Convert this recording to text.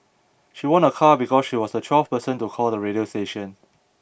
she won a car because she was the twelfth person to call the radio station